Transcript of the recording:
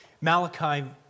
Malachi